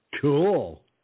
Cool